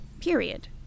Period